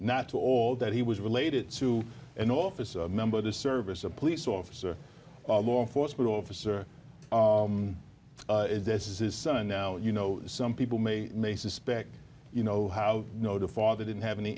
not all that he was related to an officer a member of the service a police officer law enforcement officer this is his son now you know some people may may suspect you know how you know to father didn't